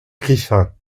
griffin